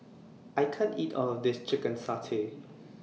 I can't eat All of This Chicken Satay